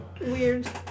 Weird